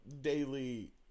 daily